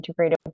integrative